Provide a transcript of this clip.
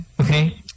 Okay